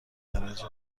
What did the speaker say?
درجه